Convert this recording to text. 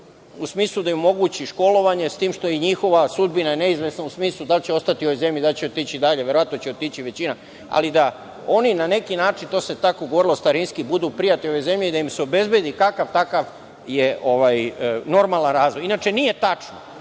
u smislu da im omogući školovanje, s tim što je njihova sudbina neizvesna u smislu da li će ostati u ovoj zemlji, da li će otići dalje, verovatno će otići većina, ali da oni na neki način, to se tako govorilo starinski, budu prijatelji ove zemlje i da im se obezbedi kakav-takav normalan razvoj. Inače, nije tačno